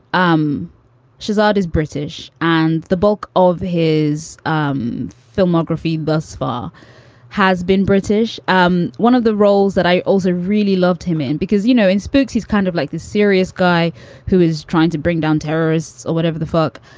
um shahzad is british and the bulk of his um filmography bus far has been british. um one of the roles that i also really loved him in because, you know, in spooks, he's kind of like this serious guy who is trying to bring down terrorists or whatever the fuck.